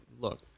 Look